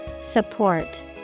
Support